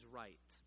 right